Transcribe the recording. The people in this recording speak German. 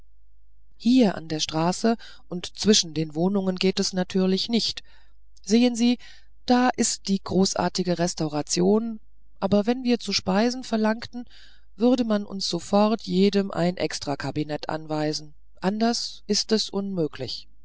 hier an der straße und zwischen den wohnungen geht es natürlich nicht sehen sie da ist die großartige restauration aber wenn wir zu speisen verlangten würde man uns sofort jedem ein extrakabinett anweisen anders ist es unmöglich